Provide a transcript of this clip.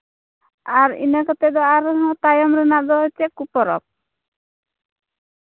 ᱟᱨ ᱤᱱᱟᱹ ᱠᱟᱛᱮᱫ ᱫᱚ ᱟᱨᱦᱚᱸ ᱛᱟᱭᱚᱢ ᱨᱮᱱᱟᱜ ᱫᱚ ᱪᱮᱫ ᱠᱚ ᱯᱚᱨᱚᱵᱽ